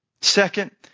Second